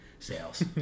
sales